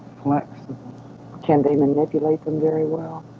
flexible can they manipulate them very well?